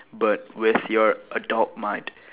but with your adult mind